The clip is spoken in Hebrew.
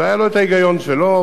והיה לו ההיגיון שלו,